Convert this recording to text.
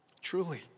Truly